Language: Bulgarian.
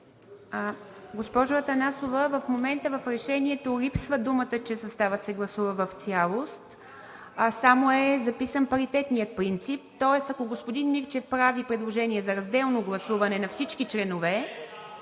Госпожо Атанасова, в момента в решението липсва текстът, че съставът се гласува в цялост, а е записан само паритетният принцип. Тоест ако господин Мирчев прави предложение за разделно гласуване на всички членове…